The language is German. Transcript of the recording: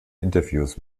interviews